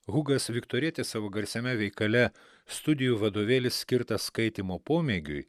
hugas viktorietis savo garsiame veikale studijų vadovėlį skirtą skaitymo pomėgiui